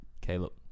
Caleb